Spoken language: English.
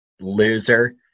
Loser